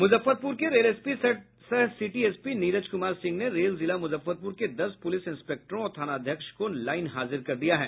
मुजफ्फरपुर के rail SP सह city SP Neeraj Kumar Singh ने रेल जिला मुजफ्फरपुर के दस पुलिस इंस्पेक्टरों और थानाध्यक्ष को लाईन हाजिर कर दिया है